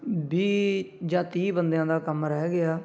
ਵੀਹ ਜਾਂ ਤੀਹ ਬੰਦਿਆਂ ਦਾ ਕੰਮ ਰਹਿ ਗਿਆ